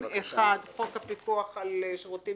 חוק הפיקוח על שירותים